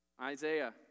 Isaiah